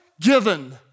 given